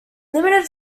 limited